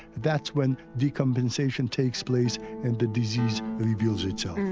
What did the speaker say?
that's when decompensation takes place and the disease reveals itself.